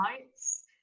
lights